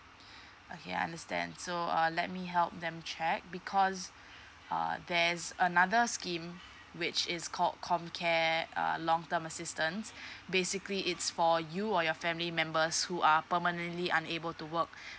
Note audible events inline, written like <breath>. <breath> okay I understand so uh let me help them check because err there's another scheme which is called comcare uh long term assistance <breath> basically it's for you or your family members who are permanently unable to work <breath>